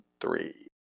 three